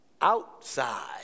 outside